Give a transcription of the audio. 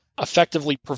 effectively